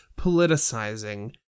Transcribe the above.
politicizing